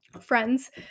friends